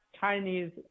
Chinese